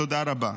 תודה רבה.